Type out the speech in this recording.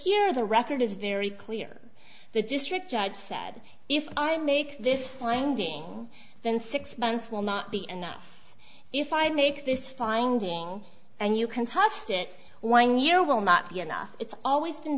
here the record is very clear the district judge said if i make this finding then six months will not be enough if i make this finding and you can tossed it one you know will not be enough it's always been